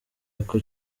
echo